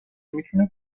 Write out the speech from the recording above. میتونه